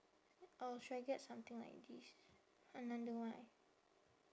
or should I get something like this another white